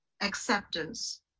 acceptance